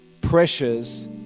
pressures